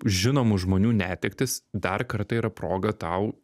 žinomų žmonių netektys dar kartą yra proga tau